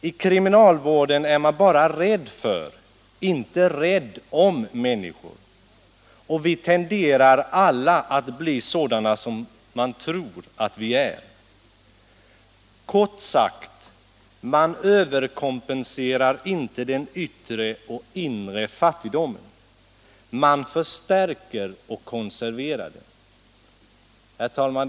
I kriminalvården är man bara rädd för, inte rädd om människor — och vi tenderar alla alt bli sådana som man tror alt vi är. Kort sagt, man överkompenserar inte den yttre och inre fattigdomen. man förstärker och konserverar den.” Herr talman!